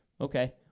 Okay